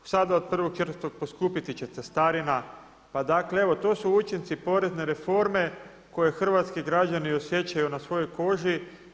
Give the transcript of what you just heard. Sada od 1.4. poskupiti će cestarina, pa dakle to su učinci porezne reforme koje hrvatski građani osjećaju na svojoj koži.